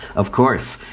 of course,